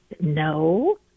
no